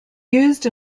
used